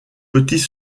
petits